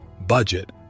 budget